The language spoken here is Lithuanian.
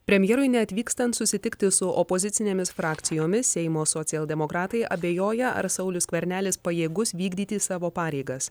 premjerui neatvykstant susitikti su opozicinėmis frakcijomis seimo socialdemokratai abejoja ar saulius skvernelis pajėgus vykdyti savo pareigas